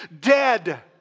dead